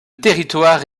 territoire